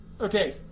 Okay